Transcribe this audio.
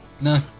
No